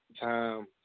time